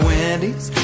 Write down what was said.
Wendy's